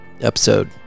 episode